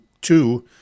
two